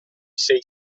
sei